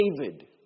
David